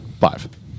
five